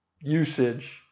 usage